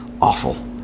awful